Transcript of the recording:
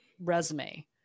resume